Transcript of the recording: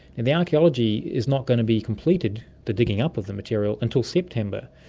and the archaeology is not going to be completed, the digging up of the material, until september.